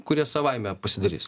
kurie savaime pasidarys